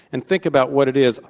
and think about what it is,